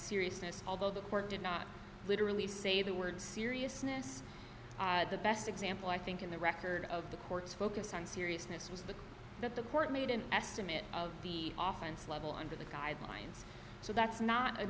seriousness although the court did not literally save the word seriousness the best example i think in the record of the court's focus on seriousness was the that the court made an estimate of the often slidell under the guidelines so that's not an